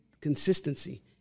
consistency